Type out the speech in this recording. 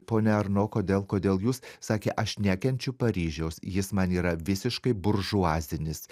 ponia arno kodėl kodėl jūs sakė aš nekenčiu paryžiaus jis man yra visiškai buržuazinis